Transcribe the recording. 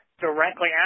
directly